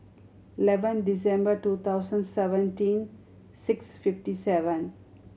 eleven December two thousand seventeen six fifty seven